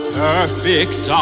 perfect